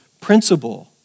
principle